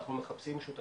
אנחנו מחפשים שותפים,